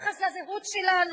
היחס לזהות שלנו,